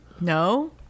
No